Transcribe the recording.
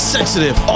Sensitive